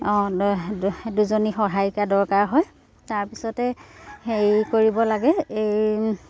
অঁ দুজনী সহায়িকা দৰকাৰ হয় তাৰপিছতে হেৰি কৰিব লাগে এই